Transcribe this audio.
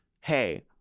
Hey